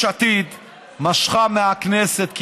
יש עתיד משכה מהכנסת,